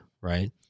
right